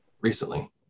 recently